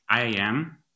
IAM